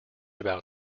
about